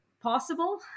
possible